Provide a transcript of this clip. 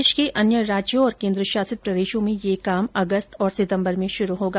देश के अन्य राज्यों और केन्द्रशासित प्रदेशों में यह काम अगस्त और सितंबर में शुरू होगा